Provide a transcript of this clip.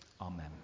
amen